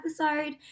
episode